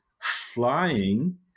flying